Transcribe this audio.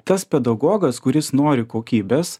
tas pedagogas kuris nori kokybės